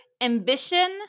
ambition